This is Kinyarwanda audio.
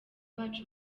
bacu